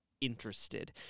interested